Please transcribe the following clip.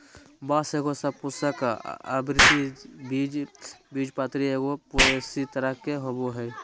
बाँस एगो सपुष्पक, आवृतबीजी, बीजपत्री और पोएसी तरह के होबो हइ